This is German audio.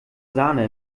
sahne